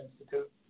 Institute